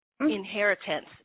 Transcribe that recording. inheritance